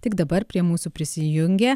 tik dabar prie mūsų prisijungė